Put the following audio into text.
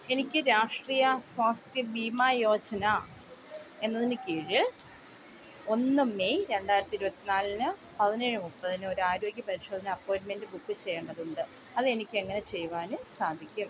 എനിക്ക് രാഷ്ട്രീയ സ്വാസ്ഥ്യ ബീമാ യോജന എന്നതിന് കീഴിൽ ഒന്ന് മെയ് രണ്ടായിരത്തി ഇരുപത്തി നാലിന് പതിനേഴ് മുപ്പതിന് ഇവിടെ ആരോഗ്യ പരിശോധന അപ്പോയിൻ്റ്മെൻ്റ് ബുക്ക് ചെയ്യേണ്ടതുണ്ട് അത് എനിക്ക് എങ്ങനെ ചെയ്യുവാൻ സാധിക്കും